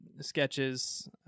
sketches